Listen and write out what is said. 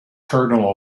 cardinal